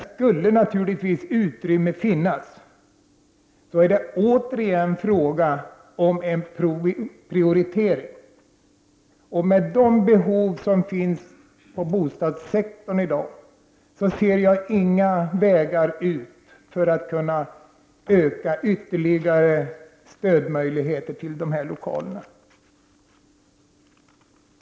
Skulle utrymme finnas blir det naturligtvis återigen en prioritetsfråga, och med de behov som finns på bostadssektorn i dag ser jag inga utvägar för en ytterligare ökning av stödet till de här lokalerna.